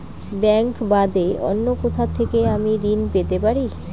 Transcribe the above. Bank বাদে অন্য কোথা থেকে আমি ঋন পেতে পারি?